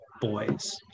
boys